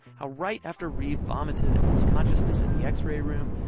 how right after reeb vomited and lost consciousness in the x-ray room,